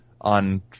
on